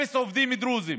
אפס עובדים דרוזים.